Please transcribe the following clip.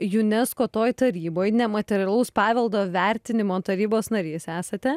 unesco toj taryboj nematerialaus paveldo vertinimo tarybos narys esate